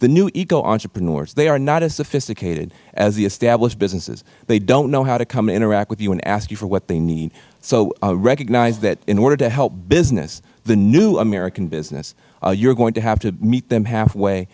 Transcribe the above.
the new eco entrepreneurs they are not as sophisticated as the established businesses they don't know how to come interact with you and ask you for what they need so recognize that in order to help business the new american business you are going to have to meet them